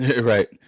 Right